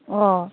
अ